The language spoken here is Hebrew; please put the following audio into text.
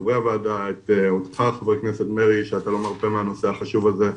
חברי הוועדה ואותך ח"כ מרעי שאתה לא מרפה מהנושא החשוב הזה,